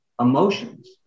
emotions